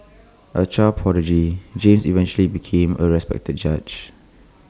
A child prodigy James eventually became A respected judge